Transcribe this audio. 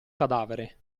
cadavere